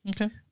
Okay